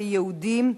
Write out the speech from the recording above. כיהודים,